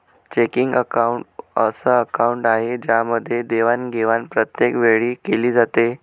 checking account अस account आहे ज्यामध्ये देवाणघेवाण प्रत्येक वेळी केली जाते